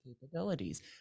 capabilities